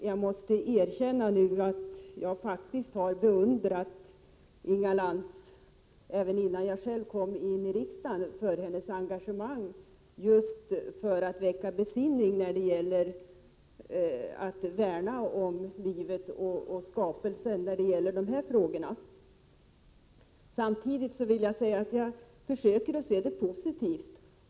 Jag måste dock erkänna att jag redan innan jag själv kom in i riksdagen faktiskt har beundrat Inga Lantz för hennes engagemang, uppmaning till besinning och värn om livet och skapelsen. Samtidigt vill jag säga att jag försöker se det hela positivt.